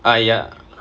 ah ya